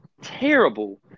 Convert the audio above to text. terrible